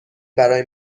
برای